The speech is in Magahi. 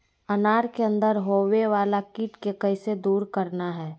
अनार के अंदर होवे वाला कीट के कैसे दूर करना है?